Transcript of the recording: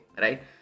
right